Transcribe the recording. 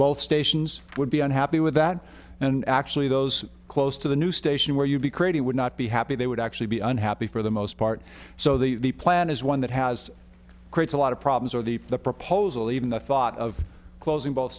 both stations i would be unhappy with that and actually those close to the new station where you'd be crazy would not be happy they would actually be unhappy for the most part so the plan is one that has creates a lot of problems or the proposal even the thought of closing both